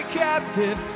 captive